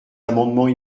amendements